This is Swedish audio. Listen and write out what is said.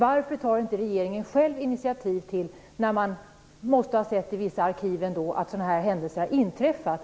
Varför tar inte regeringen själv initiativ, när man ändå i vissa arkiv måste ha sett att sådana här händelser har inträffat?